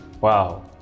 Wow